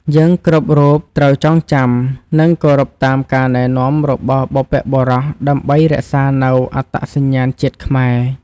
យើងគ្រប់រូបត្រូវចងចាំនិង គោរពតាមការណែនាំរបស់បុព្វបុរសដើម្បីរក្សានូវអត្តសញ្ញាណជាតិខ្មែរ។